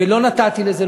ולא נתתי לזה,